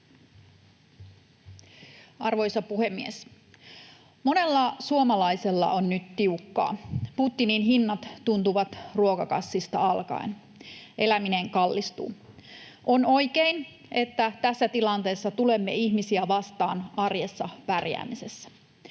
Arvoisa puhemies! Monella suomalaisella on nyt tiukkaa. Putinin hinnat tuntuvat ruokakassista alkaen. Eläminen kallistuu. On oikein, että tässä tilanteessa tulemme ihmisiä vastaan arjessa pärjäämisessä.